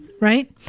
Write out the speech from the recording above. right